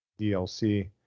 dlc